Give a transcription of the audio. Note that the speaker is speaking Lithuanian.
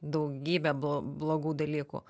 daugybę blo blogų dalykų